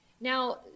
Now